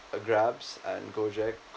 uh grabs and Gojek